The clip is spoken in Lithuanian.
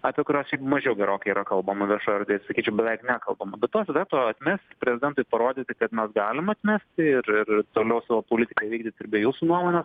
apie kuriuos šiaip mažiau gerokai yra kalbama viešoj erdvėj sakyčiau beveik nekalbama tuos veto atmest prezidentui parodyti kad mes galim atmesti ir ir toliau savo politiką vykdyt ir be jūsų nuomonės